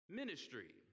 ministry